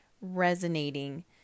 resonating